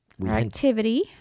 activity